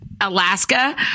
Alaska